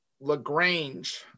LaGrange